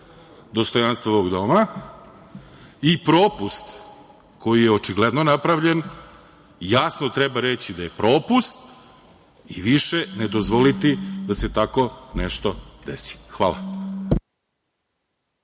dostojanstvo ovog doma i propust koji je očigledno napravljen, jasno treba reći da je propust i više ne dozvoliti da se tako nešto desi. Hvala.